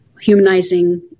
humanizing